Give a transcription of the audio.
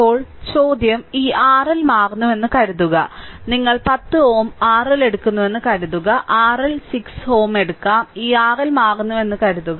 ഇപ്പോൾ ചോദ്യം ഈ RL മാറുന്നുവെന്ന് കരുതുക നിങ്ങൾ 10Ω RL എടുക്കുന്നുവെന്ന് കരുതുക RL 6Ω എടുക്കാം ഈ RL മാറുന്നുവെന്ന് കരുതുക